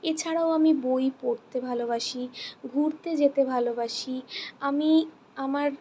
এছাড়াও আমি বই পড়তে ভালোবাসি ঘুরতে যেতে ভালোবাসি আমি আমার